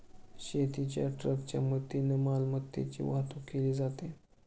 शेतीच्या ट्रकच्या मदतीने शेतीमालाची वाहतूक केली जाते